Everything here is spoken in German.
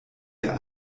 ihr